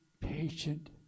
patient